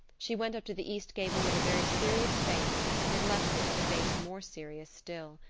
she went up to the east gable with a very serious face and left it with a face more serious still.